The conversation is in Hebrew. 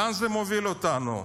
לאן זה מוביל אותנו?